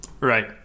Right